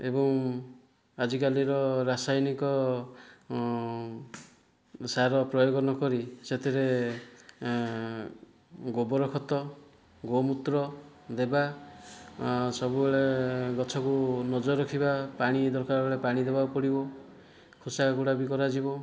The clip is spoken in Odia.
ଏବଂ ଆଜିକାଲିର ରାସାୟନିକ ସାର ପ୍ରୟୋଗ ନକରି ସେଥିରେ ଗୋବରଖତ ଗୋମୂତ୍ର ଦେବା ସବୁବେଳେ ଗଛକୁ ନଜର ରଖିବା ପାଣି ଦରକାର ବେଳେ ପାଣି ଦବାକୁ ପଡ଼ିବ ଖୁସା ଓ କୋଡ଼ା ବି କରାଯିବ